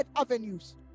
avenues